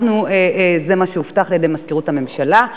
זה מה שהובטח על-ידי מזכירות הממשלה.